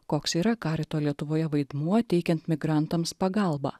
koks yra karito lietuvoje vaidmuo teikiant migrantams pagalbą